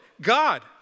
God